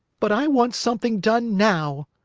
but i want something done now!